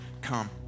come